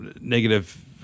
negative